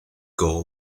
goal